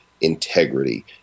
integrity